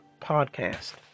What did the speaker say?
podcast